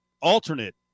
alternate